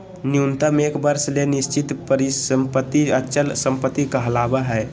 न्यूनतम एक वर्ष ले निश्चित परिसम्पत्ति अचल संपत्ति कहलावय हय